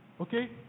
Okay